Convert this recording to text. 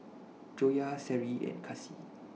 Joyah Seri and Kasih